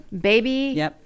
Baby